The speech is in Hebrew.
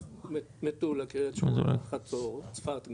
מטולה, קריית שמונה, חצור, צפת גם.